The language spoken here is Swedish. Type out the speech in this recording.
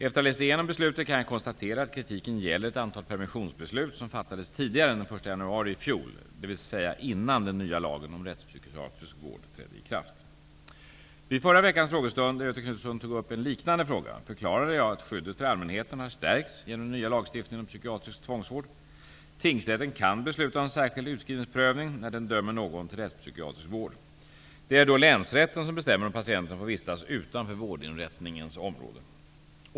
Efter att ha läst igenom beslutet kan jag konstatera att kritiken gäller ett antal permissionsbeslut som fattades tidigare än den 1 januari 1992, dvs. innan den nya lagen om rättspsykiatrisk vård trädde i kraft. Vid förra veckans frågestund, där Göthe Knutson tog upp en liknande fråga, förklarade jag att skyddet för allmänheten har stärkts genom den nya lagstiftningen om psykiatrisk tvångsvård. Tingsrätten kan besluta om särskild utskrivningsprövning när den dömer någon till rättspsykiatrisk vård. Det är då länsrätten som bestämmer om patienten får vistas utanför vårdinrättningens område.